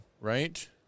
Right